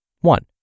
One